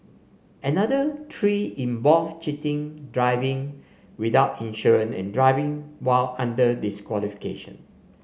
another three involve cheating driving without insurance and driving while under disqualification